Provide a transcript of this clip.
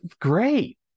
Great